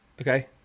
Okay